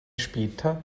später